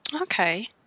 okay